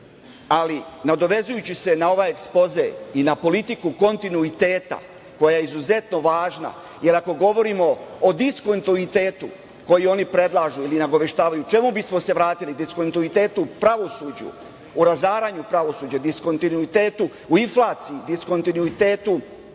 ali nadovezujući se na ovaj ekspoze i na politiku kontinuiteta, koja je izuzetno važna, jer ako govorimo od diskontuitetu koji oni predlažu i nagoveštavaju, čemu bismo se vratili? Diskontinutitetu u pravosuđu, u razaranju pravosuđa, diskontinuitetu i inflaciji, diskontinuitetu